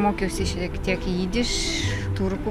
mokiausi šiek tiek jidiš turkų